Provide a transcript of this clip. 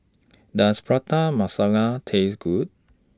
Does Prata Masala Taste Good